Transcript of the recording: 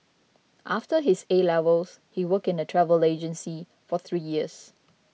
after his A levels he worked in a travel agency for three years